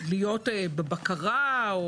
להיות בבקרה.